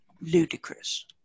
ludicrous